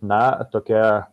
na tokia